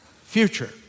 Future